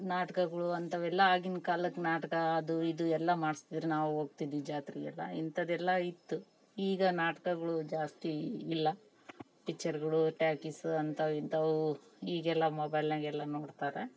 ನಾಟ್ಕಗಳು ಅಂಥವೆಲ್ಲ ಆಗಿನ ಕಾಲಕ್ಕೆ ನಾಟಕ ಅದು ಇದು ಎಲ್ಲ ಮಾಡಿಸ್ತಿದ್ರು ನಾವು ಹೋಗ್ತಿದ್ವಿ ಜಾತ್ರೆಗೆಲ್ಲ ಇಂಥದೆಲ್ಲ ಇತ್ತು ಈಗ ನಾಟ್ಕಗಳು ಜಾಸ್ತಿ ಇಲ್ಲ ಪಿಚ್ಚರ್ಗಳು ಟಾಕೀಸ್ ಅಂಥವ್ ಇಂಥವು ಹೀಗೆಲ್ಲ ಮೊಬೈಲಗೆಲ್ಲ ನೋಡ್ತಾರೆ